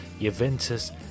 Juventus